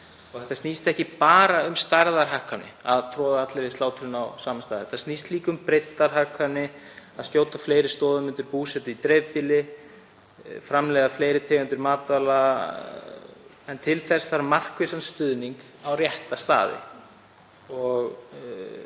Þetta snýst ekki bara um stærðarhagkvæmni, að troða allri slátrun á sama stað, þetta snýst líka um breiddarhagkvæmni, að skjóta fleiri stoðum undir búsetu í dreifbýli, framleiða fleiri tegundir matvæla en til þess þarf markvissan stuðning á rétta staði.